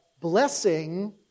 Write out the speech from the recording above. blessing